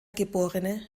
geb